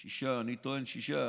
שישה, אני טוען, שישה,